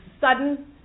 sudden